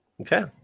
Okay